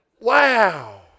wow